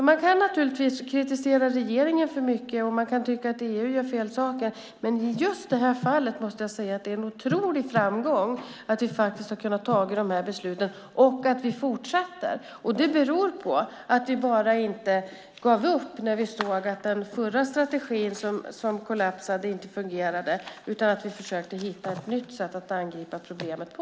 Man kan naturligtvis kritisera regeringen för mycket och man kan tycka att EU gör fel saker, men i just det här fallet är det en otrolig framgång att vi faktiskt har fattat besluten och att arbetet fortsätter. Det beror på att vi inte gav upp när vi såg att den förra strategin kollapsade och inte fungerade utan att vi försökte hitta ett nytt sätt att angripa problemet på.